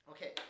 Okay